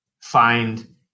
find